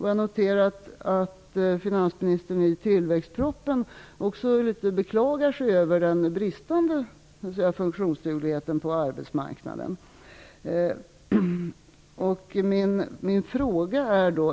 Jag noterar att finansministern i tillväxtpropositionen beklagar sig litet över den bristande funktionsdugligheten på arbetsmarknaden.